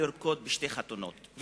לרקוד בשתי חתונות,